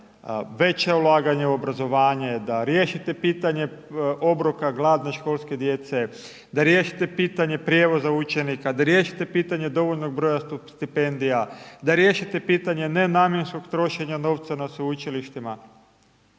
veća ulaganja u obrazovanje, da riješite pitanje obroka gladne školske djece, da riješite pitanje prijevoza učenika, da riješite pitanje dovoljnog broja stipendija, da riješite pitanje nenamjenskog trošenja novca na sveučilištima